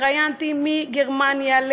התראיינתי לגרמניה,